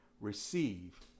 receive